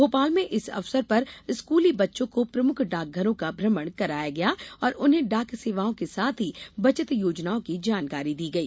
भोपाल में इस अवसर पर स्कूली बच्चों को प्रमुख डाकघरों का भ्रमण कराया गया और उन्हें डाक सेवाओं के साथ ही बचत योजनाओं की जानकारी दी गई